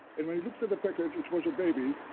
and when he looked at the package, it was a baby,